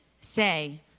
say